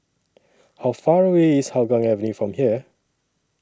How Far away IS Hougang from here